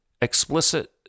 explicit